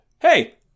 hey